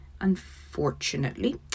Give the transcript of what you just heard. Unfortunately